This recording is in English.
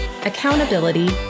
accountability